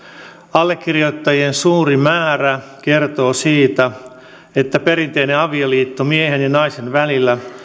allekirjoittajien suuri määrä kertoo siitä että perinteinen avioliitto miehen ja naisen välillä